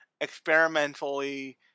experimentally